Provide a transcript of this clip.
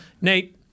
Nate